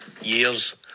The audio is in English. years